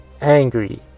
angry